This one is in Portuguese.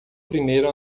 primeiro